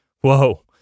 whoa